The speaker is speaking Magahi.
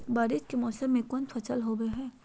बारिस के मौसम में कौन फसल होबो हाय?